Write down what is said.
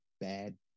bad